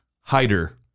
Hider